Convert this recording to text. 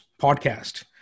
podcast